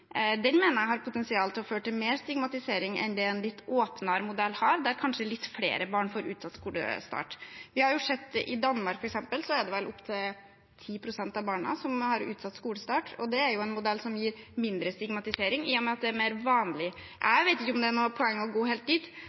har potensial til å føre til mer stigmatisering enn det en litt åpnere modell har, der kanskje litt flere barn får utsatt skolestart. I Danmark f.eks. er det vel opptil 10 pst. av barna som har utsatt skolestart, og det er jo en modell som gir mindre stigmatisering, i og med at det er mer vanlig. Jeg vet ikke om det er noe poeng å gå helt